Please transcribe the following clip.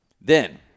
Then-